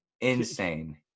insane